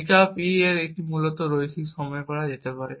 pickup e এবং এটি মূলত রৈখিক সময়ে করা যেতে পারে